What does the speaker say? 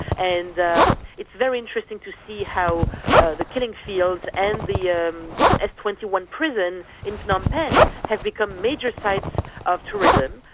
and it's very interesting to see how the killing fields and the um s twenty one prison in phnom penh have become major sites of tourism.